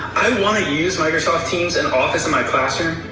i wanna use microsoft teams and office in my classroom,